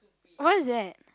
what is that